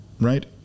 right